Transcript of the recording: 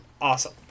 awesome